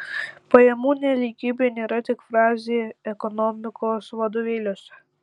pajamų nelygybė nėra tik frazė ekonomikos vadovėliuose